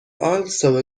also